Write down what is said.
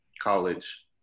college